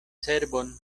cerbon